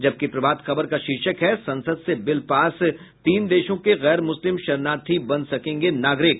जबकि प्रभात खबर का शीर्षक है संसद से बिल पास तीन देशों के गैर मुस्लिम शरणर्थी बन सकेंगे नागरिक